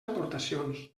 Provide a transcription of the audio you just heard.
aportacions